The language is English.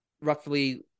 roughly